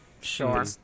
Sure